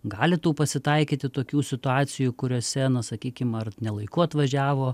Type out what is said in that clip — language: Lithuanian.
gali tų pasitaikyti tokių situacijų kuriose na sakykim ar ne laiku atvažiavo